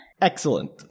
Excellent